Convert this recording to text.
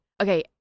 okay